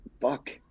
fuck